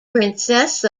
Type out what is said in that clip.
princess